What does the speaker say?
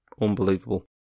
Unbelievable